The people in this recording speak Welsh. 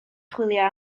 chwilio